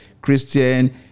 Christian